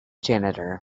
janitor